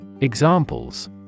Examples